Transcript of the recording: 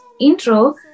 intro